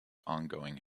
ongoing